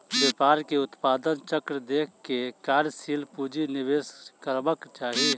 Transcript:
व्यापार के उत्पादन चक्र देख के कार्यशील पूंजी निवेश करबाक चाही